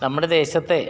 നമ്മുടെ ദേശത്തെ